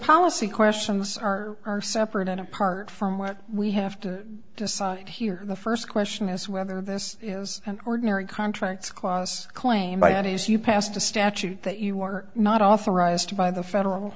policy questions are are separate and apart from what we have to decide here the first question is whether this is an ordinary contracts class claim by any as you passed a statute that you are not authorized by the federal